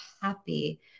happy